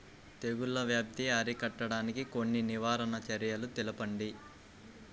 తెగుళ్ల వ్యాప్తి అరికట్టడానికి కొన్ని నివారణ చర్యలు తెలుపండి?